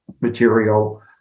material